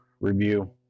review